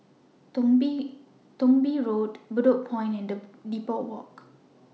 Thong Bee Road Bedok Point and Depot Walk